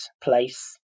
place